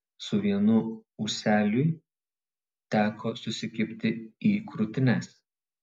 su vienu ūseliui teko susikibti į krūtines